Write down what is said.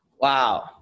Wow